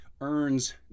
earns